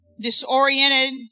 disoriented